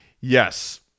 Yes